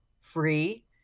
free